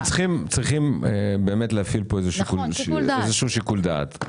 אנחנו צריכים להפעיל איזשהו שיקול דעת.